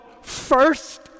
first